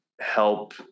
help